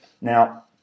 Now